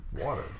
water